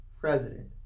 president